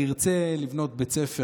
תרצה לבנות בית ספר,